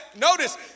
notice